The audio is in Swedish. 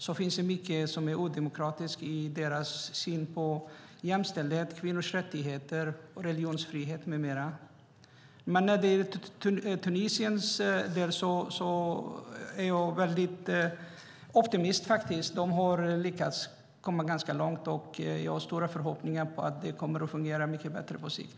Det finns mycket som är odemokratiskt i deras syn på jämställdhet, kvinnors rättigheter, religionsfrihet med mera. För Tunisiens del är jag faktiskt en väldig optimist. De har lyckats komma ganska långt, och jag har stora förhoppningar om att det kommer att fungera mycket bättre på sikt.